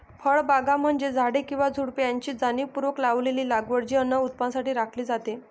फळबागा म्हणजे झाडे किंवा झुडुपे यांची जाणीवपूर्वक लावलेली लागवड जी अन्न उत्पादनासाठी राखली जाते